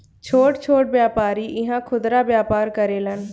छोट छोट व्यापारी इहा खुदरा व्यापार करेलन